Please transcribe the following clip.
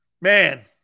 Man